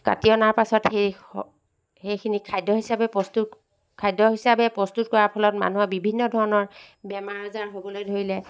কাটি অনা পিছত সেই স সেইখিনি খাদ্য হিচাপে প্ৰস্তুত খাদ্য হিচাপে প্ৰস্তুত কৰাৰ ফলত মানুহে বিভিন্ন ধৰণৰ বেমাৰ আজাৰ হ'বলৈ ধৰিলে